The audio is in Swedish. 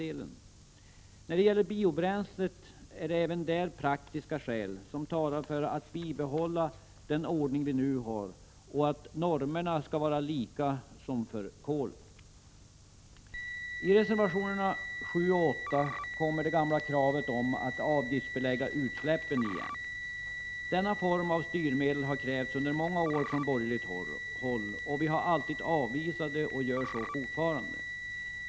Även när det gäller biobränsle är det praktiska skäl som talar för att bibehålla den ordning vi nu har, att normerna är desamma som för kol. I reservationerna 7 och 8 kommer det gamla kravet igen på att avgiftsbelägga utsläppen. Denna form av styrmedel har krävts under många år från borgerligt håll, och vi har alltid avvisat det och gör så fortfarande.